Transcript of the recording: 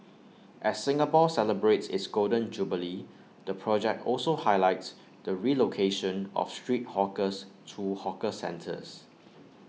as Singapore celebrates its Golden Jubilee the project also highlights the relocation of street hawkers to hawker centres